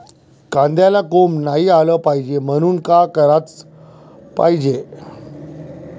कांद्याला कोंब नाई आलं पायजे म्हनून का कराच पायजे?